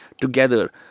together